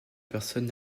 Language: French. personne